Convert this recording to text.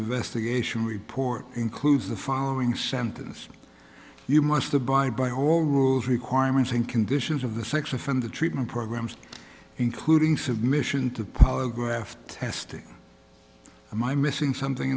investigation report includes the following sentence you must abide by all rules requirements and conditions of the sex offender treatment programs including submission to power graft testing i'm missing something